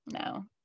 no